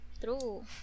True